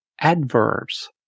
adverbs